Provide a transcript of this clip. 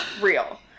real